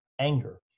anger